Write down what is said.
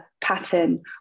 pattern